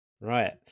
Right